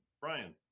Brian